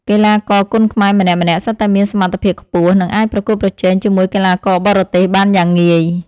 កីឡាករគុណខ្មែរម្នាក់ៗសុទ្ធតែមានសមត្ថភាពខ្ពស់ និងអាចប្រកួតប្រជែងជាមួយកីឡាករបរទេសបានយ៉ាងងាយ។